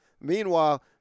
Meanwhile